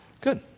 Good